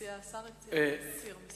השר הציע להסיר מסדר-היום.